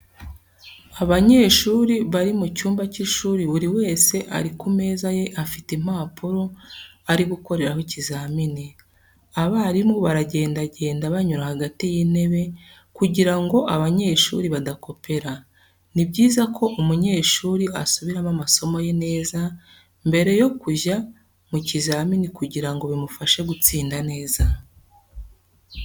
Abanyeshuri bari mu cyumba cy'ishuri buri wese ari ku meza ye afite impapuro ari gukoreraho ikizamini. Abarimu baragendagenda banyura hagati y'intebe kugira ngo abanyeshuri badakopera. Ni byiza ko umunyeshuri asubiramo amasomo ye neza mbere yo kujya mu kizamini kugira ngo bimufashe gutsinda neza.